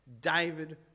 David